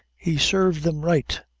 he sarved them right,